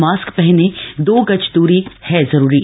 mask पहनें दो गज दूरी है जरूरी